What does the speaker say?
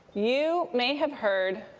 you may have heard